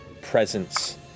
presence